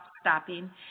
stopping